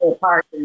park